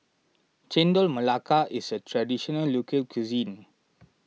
Chendol Melaka is a Traditional Local Cuisine